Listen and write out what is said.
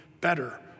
better